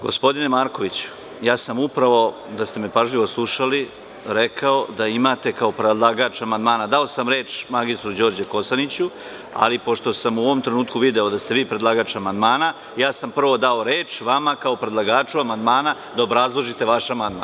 Gospodine Markoviću, ja sam upravo, da ste me pažljivo slušali, rekao da imate kao predlagač amandmana, dao sam reč mr Đorđu Kosaniću, ali pošto sam u ovom trenutku video da ste vi predlagač amandmana, prvo sam dao reč vama kao predlagaču amandmana da obrazložite vaš amandman.